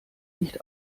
nicht